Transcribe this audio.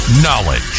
Knowledge